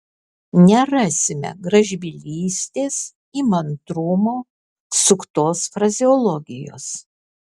nerasime gražbylystės įmantrumo suktos frazeologijos